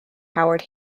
howard